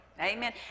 Amen